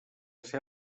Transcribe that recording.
ser